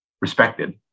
respected